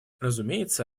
разумеется